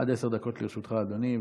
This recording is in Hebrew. עד עשר דקות לרשותך, אדוני.